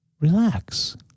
relax